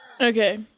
Okay